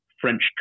French